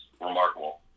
remarkable